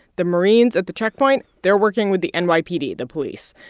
the marines at the checkpoint, they're working with the and nypd, the police.